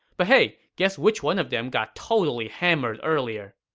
but hey, guess which one of them got totally hammered earlier?